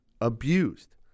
Abused